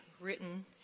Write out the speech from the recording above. written